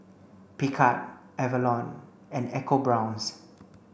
Picard Avalon and ecoBrown's